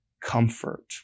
comfort